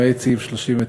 למעט סעיף 39,